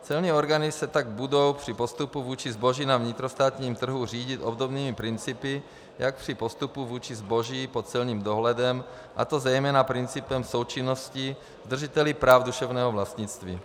Celní orgány se tak budou při postupu vůči zboží na vnitrostátním trhu řídit obdobnými principy při postupu vůči zboží pod celním dohledem, a to zejména principem součinnosti s držiteli práv duševního vlastnictví.